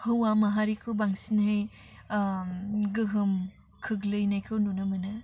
हौवा माहारिखौ बांसिनहै गोहोम खोग्लैनायखौ नुनो मोनो